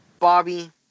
Bobby